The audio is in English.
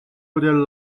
other